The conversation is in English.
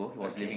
okay